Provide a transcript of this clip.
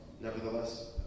Nevertheless